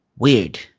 Weird